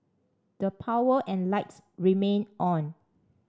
the power and lights remained on